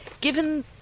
given